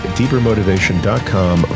deepermotivation.com